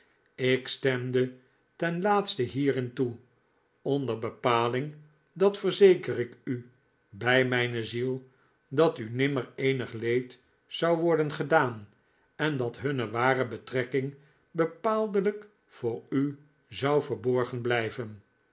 ik stemde ten laatste hierin toe onder bepaling dat verzeker ik u bij mn'ne ziel dat u nimmer eenig leed zou worden gedaan en dat hunne ware betrekking bepaaldelijk voor u zou verborgen blijven